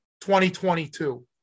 2022